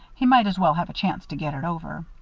he might as well have a chance to get it over.